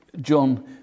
John